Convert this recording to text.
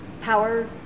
power